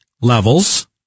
levels